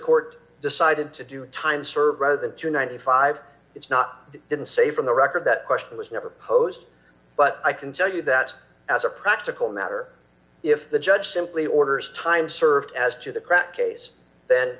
court decided to do a time served to ninety five it's not didn't say from the record that question was never posed but i can tell you that as a practical matter if the judge simply orders time served as to the crack case